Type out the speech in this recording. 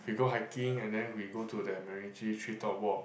we go hiking and then we go to that MacRitchie treetop walk